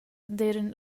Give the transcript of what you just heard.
d’eiran